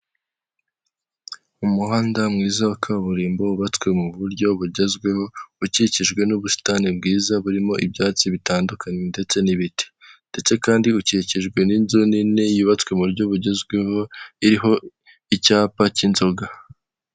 Umuhanda mwiza wa kaburimbo wubatswe mu buryo bugezweho, ukikijwe n'ubusitani bwiza burimo ibyatsi bitandukanye ndetse n'ibiti ndetse kandi ukikijwe n'inzu nini yubatswe mu buryo bugezweho, iriho icyapa cy'inzoga.